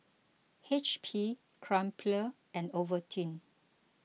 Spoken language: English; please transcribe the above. H P Crumpler and Ovaltine